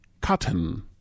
Cotton